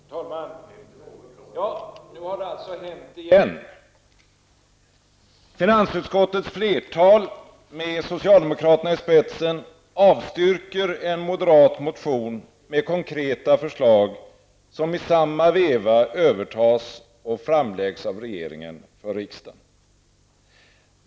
Herr talman! Nu har det alltså hänt igen! Finansutskottets flertal med socialdemokraterna i spetsen avstyrker en moderat motion med konkreta förslag som i samma veva övertas och framläggs av regeringen för riksdagen.